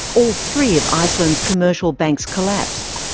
all three of iceland's commercial banks collapsed.